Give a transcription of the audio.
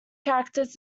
characters